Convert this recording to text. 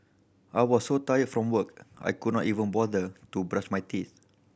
I was so tired from work I could not even bother to brush my teeth